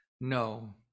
No